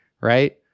right